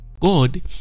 God